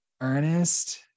Ernest